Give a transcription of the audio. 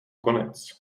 konec